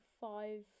five